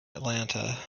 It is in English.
atlanta